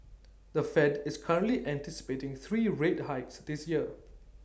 the fed is currently anticipating three rate hikes this year